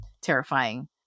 terrifying